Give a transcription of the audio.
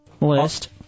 list